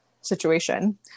situation